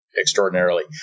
extraordinarily